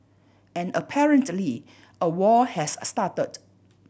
and apparently a war has a started